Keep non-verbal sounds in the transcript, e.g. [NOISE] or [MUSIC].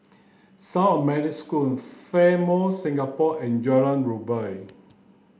[UNINTELLIGIBLE] School Fairmont Singapore and Jalan Rumbia